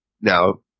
Now